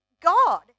God